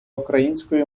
української